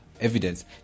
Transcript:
evidence